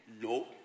no